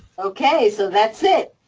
okay, so that's it.